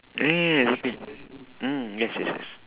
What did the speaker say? ya ya ya exactly mm yes yes yes